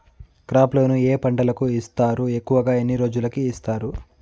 crop loan ఏ పంటలకు ఇస్తారు ఎక్కువగా ఎన్ని రోజులకి ఇస్తారు